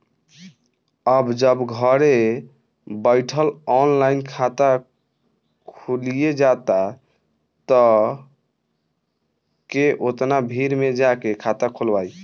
अब जब घरे बइठल ऑनलाइन खाता खुलिये जाता त के ओतना भीड़ में जाके खाता खोलवाइ